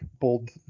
bold